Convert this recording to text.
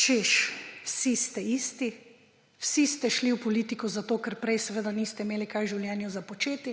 češ, vsi ste isti, vsi ste šli v politiko zato, ker prej niste imeli česa v življenju početi,